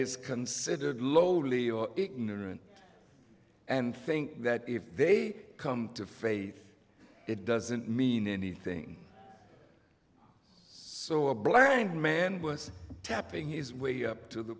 is considered lowly or ignorant and think that if they come to faith it doesn't mean anything so a blind man was tapping his way up to the